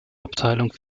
abteilung